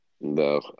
No